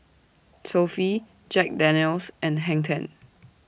Sofy Jack Daniel's and Hang ten